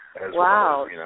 Wow